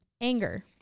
Anger